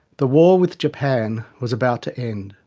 the war with japan was about to end.